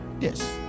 yes